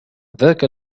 ذاك